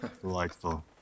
Delightful